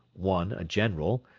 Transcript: one a general,